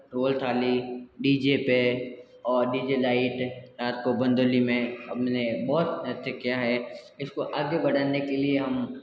ढोल थाली D J पे और डी जे लाइट रात को बंदोली में हमने बहुत नृत्य किया है इसको आगे बढ़ाने के लिए हम